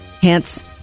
Hence